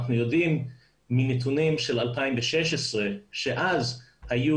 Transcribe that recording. אנחנו יודעים מנתונים של 2016 שאז היו